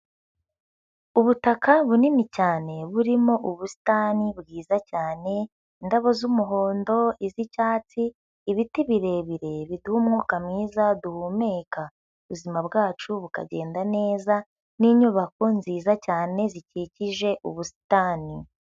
Ubutaka bunini cyane burimo ubusitani bwiza cyane, indabo z'umuhondo, iz'icyatsi, ibiti birebire biduha umwuka mwiza duhumeka, ubuzima bwacu bukagenda neza n'inyubako nziza cyane zikikije ubusitani.